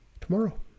tomorrow